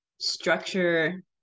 structure